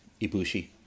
Ibushi